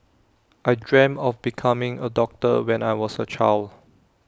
I dreamt of becoming A doctor when I was A child